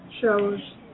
shows